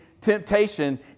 temptation